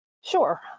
Sure